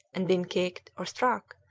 and been kicked, or struck,